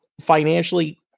financially